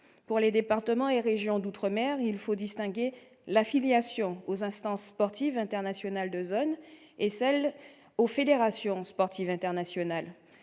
Pour les départements et régions d'outre-mer, il convient de distinguer l'affiliation aux instances sportives internationales de zone de l'affiliation aux fédérations sportives internationales.